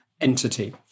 entity